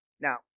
Now